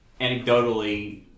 anecdotally